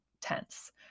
tense